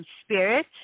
Spirit